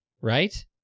right